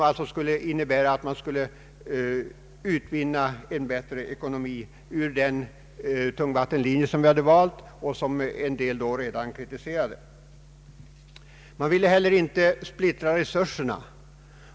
Det skulle innebära att man finge en bättre effekt och ekonomi av den tungvattenmetod som vi hade valt — och som en del då redan kritiserade. Man ville inte heller splittra resurserna.